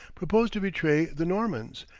proposed to betray the normans,